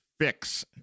fix